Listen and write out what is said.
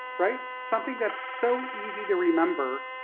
right? something that's so easy to remember,